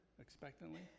Expectantly